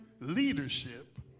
leadership